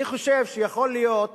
אני חושב שיכול להיות